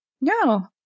No